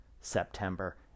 September